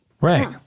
Right